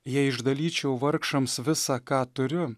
jei išdalyčiau vargšams visa ką turiu